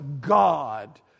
God